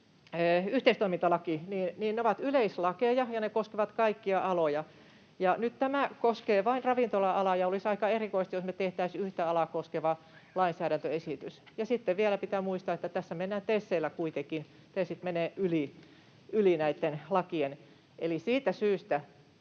yhteistoimintalaki, ovat yleislakeja ja ne koskevat kaikkia aloja. Nyt tämä koskee vain ravintola-alaa, ja olisi aika erikoista, jos me tehtäisiin yhtä alaa koskeva lainsäädäntöesitys. Ja sitten vielä pitää muistaa, että tässä mennään TESeillä kuitenkin. TESit menevät yli näitten lakien. Eli siitä syystä,